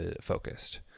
focused